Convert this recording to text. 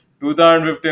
2015